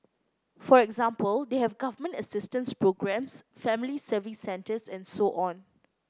for example they have government assistance programmes Family Service Centres and so on